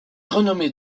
renommée